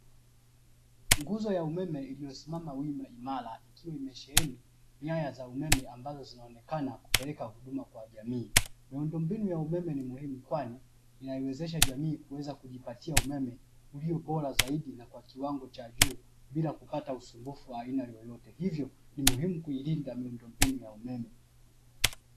Nguzo ya meme iliyosimama wima imara ikiwa imesheheni nyaya za umeme ambazo zinaonekana kupeleka huduama kwa jamii, miundombinu ya umeme ni muhimu kwani inaiwezesha jamii kuweza kujipatia umeme ulio bora zaidi na kwa kiwango cha juu bila kupata usumbufu wa aina yoyote, hivyo ni muhimu kuilinda miundombinu ya umeme.